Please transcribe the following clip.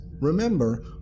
Remember